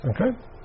Okay